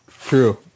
True